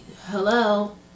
hello